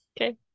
Okay